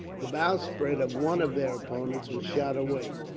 the bowsprit of one of their opponents was shot away.